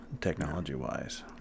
technology-wise